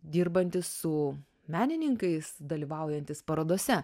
dirbantis su menininkais dalyvaujantis parodose